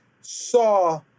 saw